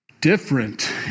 different